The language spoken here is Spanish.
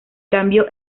cambio